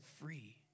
free